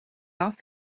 off